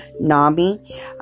NAMI